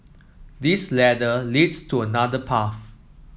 this ladder leads to another path